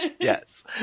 Yes